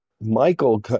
Michael